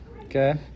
Okay